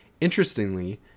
Interestingly